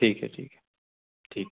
ठीक है ठीक है ठीक